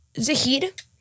Zahid